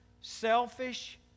selfish